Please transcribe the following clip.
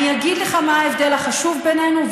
אני אגיד לך מה ההבדל החשוב בינינו,